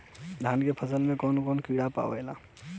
धान के फसल मे कवन कवन कीड़ा लागेला?